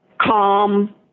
calm